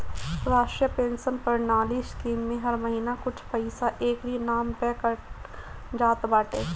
राष्ट्रीय पेंशन प्रणाली स्कीम में हर महिना कुछ पईसा एकरी नाम पअ कट जात बाटे